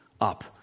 up